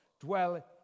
dwell